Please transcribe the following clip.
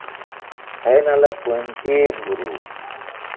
ᱦᱮᱡ ᱱᱟᱞᱮ ᱯᱟᱧᱪᱮᱛ ᱵᱩᱨᱩ